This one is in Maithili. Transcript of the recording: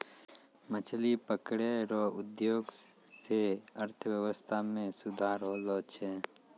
मछली पकड़ै रो उद्योग से अर्थव्यबस्था मे सुधार होलो छै